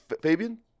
Fabian